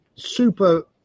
Super